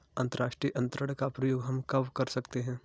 अंतर्राष्ट्रीय अंतरण का प्रयोग हम कब कर सकते हैं?